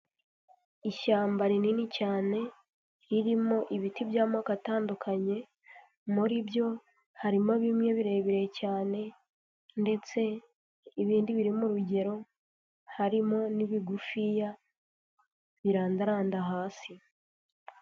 Ishyamba rinini cyane ririmo ibiti by'amoko atandukanye, muri byo harimo bimwe birebire cyane ndetse ibindi biri mu rugero, harimo n'ibigufiya birandaranda hasi.